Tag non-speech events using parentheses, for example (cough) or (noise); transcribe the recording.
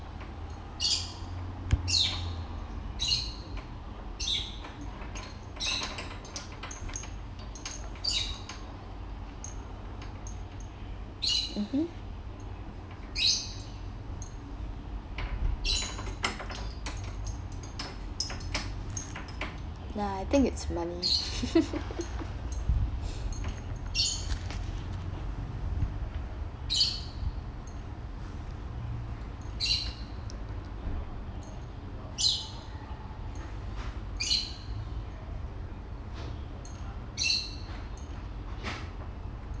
mmhmm nah I think it's money (laughs)